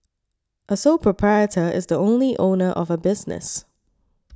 a sole proprietor is the only owner of a business